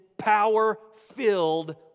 power-filled